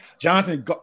Johnson